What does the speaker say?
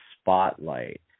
spotlight